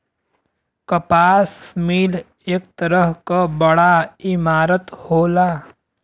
कपास मिल एक तरह क बड़ा इमारत होला